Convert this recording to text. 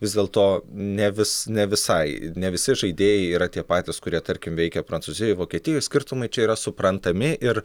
vis dėlto ne vis ne visai ne visi žaidėjai yra tie patys kurie tarkim veikia prancūzijoj vokietijoj skirtumai čia yra suprantami ir